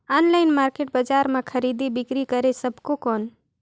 Online market बजार मां खरीदी बीकरी करे सकबो कौन?